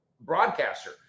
broadcaster